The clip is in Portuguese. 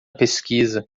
pesquisa